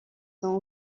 sont